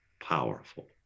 powerful